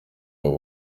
aba